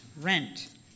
rent